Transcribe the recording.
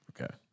Okay